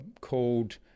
called